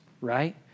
right